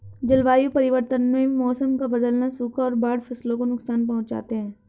जलवायु परिवर्तन में मौसम का बदलना, सूखा और बाढ़ फसलों को नुकसान पहुँचाते है